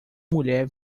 mulher